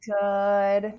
Good